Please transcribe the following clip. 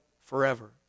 forever